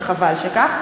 וחבל שכך.